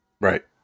Right